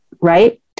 right